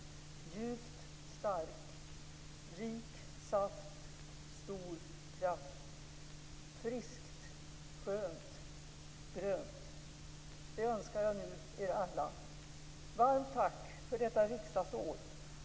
Ljuvt stark, rik saft, stor kraft! Friskt skönt grönt! Det önskar jag nu er alla. Varmt tack för detta riksdagsår.